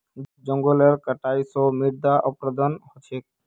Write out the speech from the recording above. जंगलेर कटाई स मृदा अपरदन ह छेक